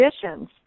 conditions